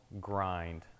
grind